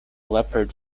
leopard